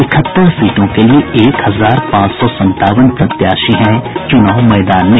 इकहत्तर सीटों के लिए एक हजार पांच सौ संतावन प्रत्याशी हैं चुनाव मैदान में